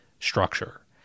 structure